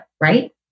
Right